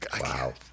wow